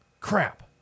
Crap